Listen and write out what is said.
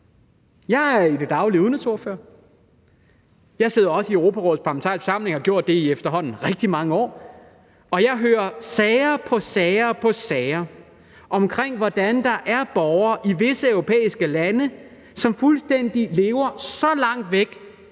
Jeg er i det daglige udenrigsordfører. Jeg sidder også i Europarådets Parlamentariske Forsamling og har gjort det i efterhånden rigtig mange år, og jeg hører sager på sager om, hvordan der er borgere i visse europæiske lande, som fuldstændig lever så langt væk